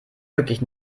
wirklich